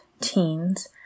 teens